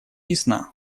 ясна